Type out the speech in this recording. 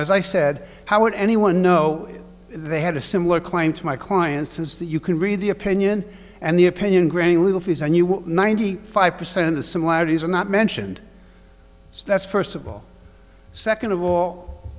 as i said how would anyone know they had a similar claim to my client since that you can read the opinion and the opinion granting legal fees and you will ninety five percent of the similarities are not mentioned so that's first of all second of all